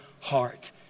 heart